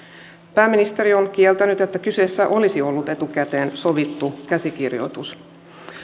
pääministeri on kieltänyt että kyseessä olisi ollut etukäteen sovittu käsikirjoitus